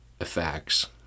effects